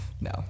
no